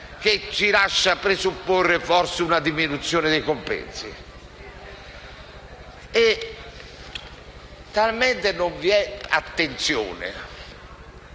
che ci lascia presupporre forse una diminuzione dei compensi? Manca del tutto l'attenzione;